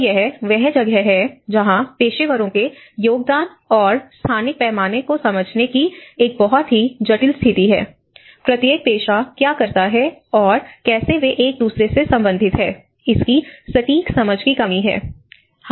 तो यह वह जगह है जहाँ पेशेवरों के योगदान और स्थानिक पैमाने को समझने की एक बहुत ही जटिल स्थिति है प्रत्येक पेशा क्या करता है और कैसे वे एक दूसरे से संबंधित हैं इसकी सटीक समझ की कमी है